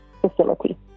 facility